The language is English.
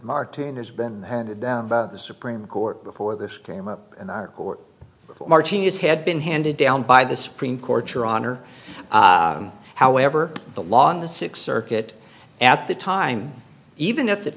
martin has been handed down by the supreme court before this came up in our court martinez had been handed down by the supreme court your honor however the law in the sixth circuit at the time even at th